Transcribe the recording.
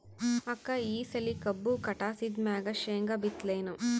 ಅಕ್ಕ ಈ ಸಲಿ ಕಬ್ಬು ಕಟಾಸಿದ್ ಮ್ಯಾಗ, ಶೇಂಗಾ ಬಿತ್ತಲೇನು?